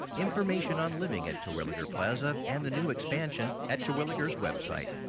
information on living at terwilliger plaza and the new expansion at terwilliger's website.